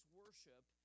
worship